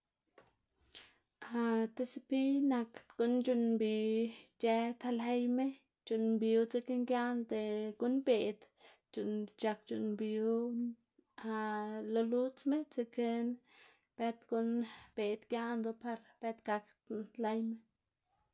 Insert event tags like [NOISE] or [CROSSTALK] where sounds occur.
[NOISE] [HESITATION] ti sepiy nak gu'n c̲h̲uꞌnn mnbi ic̲h̲ë ta layma, c̲h̲uꞌnn mbiwu dzekna giaꞌnda guꞌnbeꞌd [UNINTELLIGIBLE] c̲h̲ak c̲h̲uꞌnn mbiwu [HESITATION] lo ludzma dzekna bët guꞌn beꞌd giaꞌndu par bët gakdna layma.